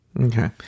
okay